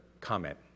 comment